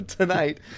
tonight